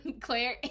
Claire